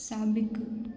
साबिक़ु